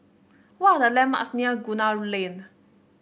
what are the landmarks near Gunner Lane